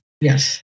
yes